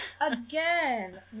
again